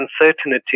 uncertainty